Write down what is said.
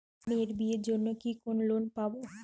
মেয়ের বিয়ের জন্য কি কোন লোন পাব?